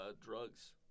Drugs